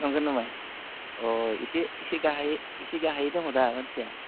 नंगौ नामा अ एसे गाहाय इसे गाहाय दङदा मानसिया